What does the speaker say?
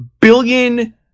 billion